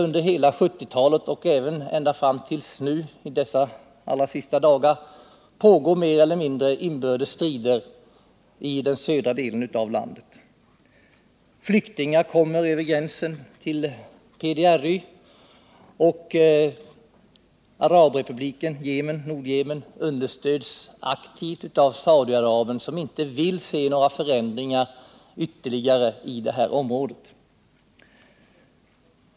Under hela Internationellt ut 1970-talet — även nu i dessa allra senaste dagar — har det pågått mer eller — vecklingssamarbete mindre omfattande inbördes strider i den södra delen av landet. Flyktingar — m.m. kommer över gränsen till PDRY , och Arabrepubliken Yemen —- Nordyemen — understöds aktivt av Saudiarabien, som inte vill se några ytterligare förändringar i det här området.